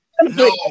No